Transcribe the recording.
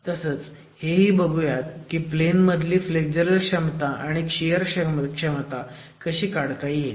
तसंच हेही बघूयात की प्लेन मधली फ्लेग्जरल क्षमता आणि शियर क्षमता कशी काढता येईल